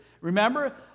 Remember